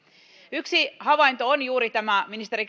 yksi havainto on juuri tämä ministeri